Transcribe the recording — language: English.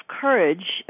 courage